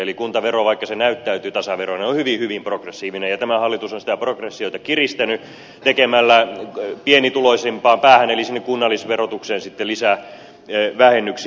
eli kuntavero vaikka se näyttäytyy tasaverona on hyvin hyvin progressiivinen ja tämä hallitus on sitä progressiota kiristänyt tekemällä pienituloisimpaan päähän eli sinne kunnallisverotukseen lisää vähennyksiä